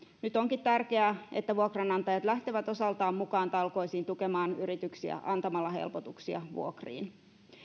nyt onkin tärkeää että vuokranantajat lähtevät osaltaan mukaan talkoisiin tukemaan yrityksiä antamalla helpotuksia vuokriin